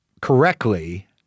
correctly